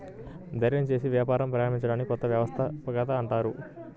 ధైర్యం చేసి వ్యాపారం ప్రారంభించడాన్ని కొత్త వ్యవస్థాపకత అంటారు